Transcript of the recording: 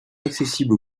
accessibles